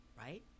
right